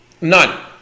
None